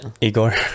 Igor